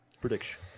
Prediction